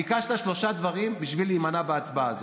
ביקשת שלושה דברים בשביל להימנע בהצבעה הזאת.